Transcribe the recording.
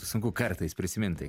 sunku kartais prisimint tai